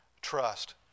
trust